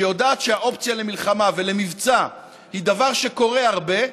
שיודעת שהאופציה למלחמה ולמבצע היא דבר שקורה הרבה,